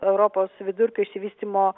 europos vidurkio išsivystymo